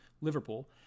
Liverpool